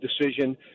decision